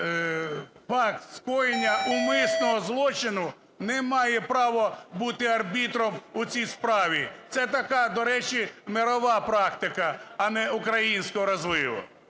факт скоєння умисного злочину, не має права бути арбітром в цій справі. Це така, до речі, мирова практика, а не українського розливу.